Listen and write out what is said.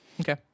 Okay